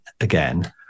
again